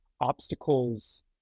obstacles